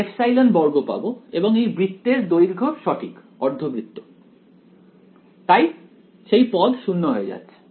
আমি ε2 পাব এবং এই বৃত্তের দৈর্ঘ্য সঠিক অর্ধবৃত্ত তাই সেই পদ 0 হয়ে যায়